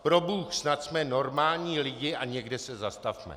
Probůh, snad jsme normální lidi a někde se zastavme!